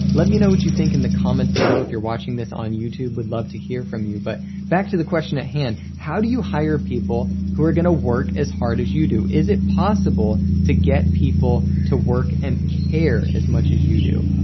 let me know what you think in the comments below if you're watching this on youtube. would love to hear from you. but back to the question at hand. how do you hire people who are going to work as hard as you do? is it possible to get people to work and care as much as you do?